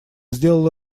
сделал